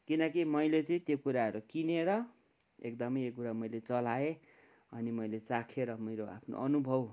किनकि मैले चाहिँ त्यो कुराहरू किनेर एकदमै यो कुरा मैले चलाएँ अनि मैले चाखेर मेरो आफ्नो अनुभव